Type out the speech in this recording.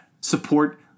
support